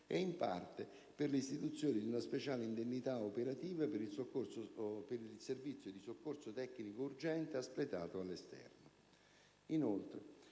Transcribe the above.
e, in parte, all'istituzione di una speciale indennità operativa per il servizio di soccorso tecnico urgente espletato all'esterno.